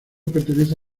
pertenece